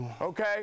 okay